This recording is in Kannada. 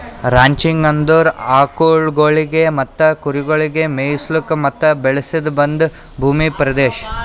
ರಾಂಚಿಂಗ್ ಅಂದುರ್ ಆಕುಲ್ಗೊಳಿಗ್ ಮತ್ತ ಕುರಿಗೊಳಿಗ್ ಮೆಯಿಸ್ಲುಕ್ ಮತ್ತ ಬೆಳೆಸದ್ ಒಂದ್ ಭೂಮಿಯ ಪ್ರದೇಶ